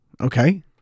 Okay